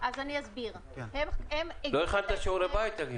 לא הכנת שיעורי בית?